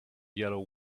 yellow